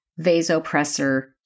vasopressor